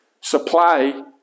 supply